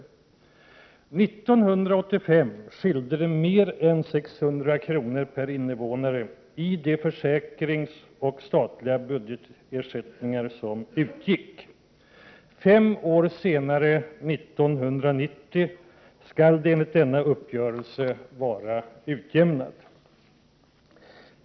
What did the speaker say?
År 1985 var skillnaden mellan länen i fråga om de försäkringsoch statliga budgetersättningar som utgick mer än 600 kr. per invånare. Fem år senare, 1990, skall det enligt denna uppgörelse vara utjämnat.